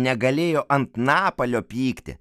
negalėjo ant napalio pykti